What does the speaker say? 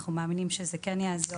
אנחנו מאמינים שזה כן יעזור.